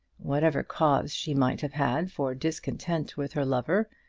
whatever cause she might have had for discontent with her lover,